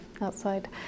outside